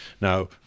Now